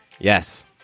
yes